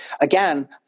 Again